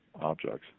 objects